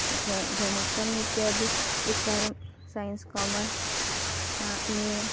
घ गणितम् इत्यादि विचारः सैन्स् कामर्स् ये